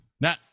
Now